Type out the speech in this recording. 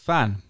Fan